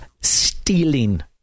stealing